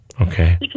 Okay